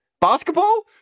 Basketball